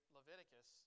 Leviticus